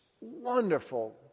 wonderful